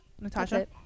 Natasha